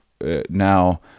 now